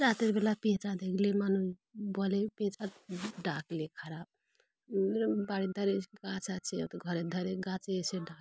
রাতেরবেলা পেঁচা দেখলে মানুষ বলে পেঁচা ডাকলে খারাপ বাড়ির ধারে গাছ আছে তো ঘরের ধারে গাছে এসে ডাকে